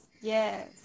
yes